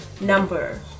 number